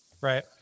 Right